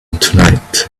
tonight